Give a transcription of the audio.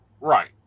Right